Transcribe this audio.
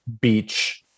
beach